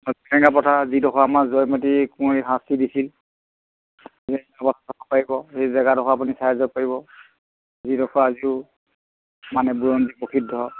জেৰেঙা পথাৰ যিডোখৰত আমাৰ জয়মতী কোঁৱৰীক শাস্তি দিছিল জেৰেঙা পথাৰ চাব পাৰিব সেই জেগাডোখৰ আপুনি চাই যাব পাৰিব যিডোখৰ আজিও মানে বুৰঞ্জী প্ৰসিদ্ধ